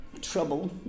trouble